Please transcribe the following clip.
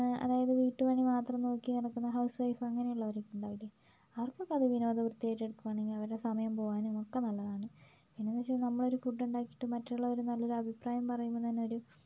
അതായത് വീട്ടുപണി മാത്രം നോക്കി നടക്കുന്ന ഹൗസ്വൈഫ് അങ്ങനെ ഉള്ളവരൊക്കെ ഉണ്ടാവില്ലേ അവർക്കൊക്കെ അത് വിനോദവൃത്തിയായിട്ട് എടുക്കുവാണെങ്കിൽ അവരെ സമയം പോകാനും ഒക്കെ നല്ലതാണ് പിന്നെ എന്ന് വെച്ചാൽ നമ്മളൊരു ഫുഡ് ഉണ്ടാക്കിയിട്ട് മറ്റുള്ളവർ നല്ലൊരു അഭിപ്രായം പറയുമ്പം തന്നെ ഒരു